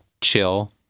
chill